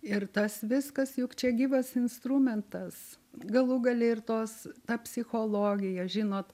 ir tas viskas juk čia gyvas instrumentas galų gale ir tos ta psichologija žinot